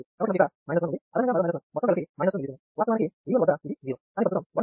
కాబట్టి మనకు ఇక్కడ 1 ఉంది అదనంగా మరో 1 మొత్తం కలిపి 2mS వాస్తవానికి V1 వద్ద ఇది 0 కానీ ప్రస్తుతం 1mS ఉంది